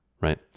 right